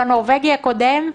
בנורבגי הקודם.